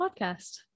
podcast